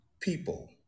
people